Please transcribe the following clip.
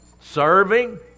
serving